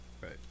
right